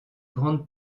grande